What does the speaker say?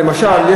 למשל,